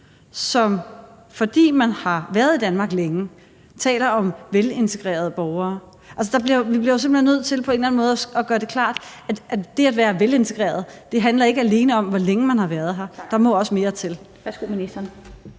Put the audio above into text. som, fordi man har været i Danmark længe, taler om velintegrerede borgere. Altså, vi bliver jo simpelt hen nødt til på en eller anden måde at gøre det klart, at det at være velintegreret ikke alene handler om, hvor længe man har været her. Der må også mere til.